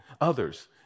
others